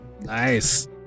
Nice